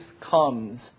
comes